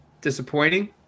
disappointing